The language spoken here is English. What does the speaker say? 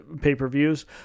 pay-per-views